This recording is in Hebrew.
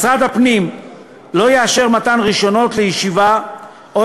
משרד הפנים לא יאשר מתן רישיונות לישיבה או